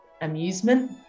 amusement